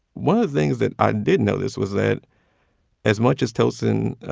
one of the things that i did notice was that as much as tosin